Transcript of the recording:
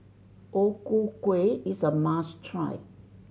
O Ku Kueh is a must try